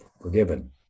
forgiven